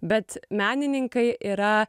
bet menininkai yra